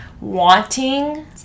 wanting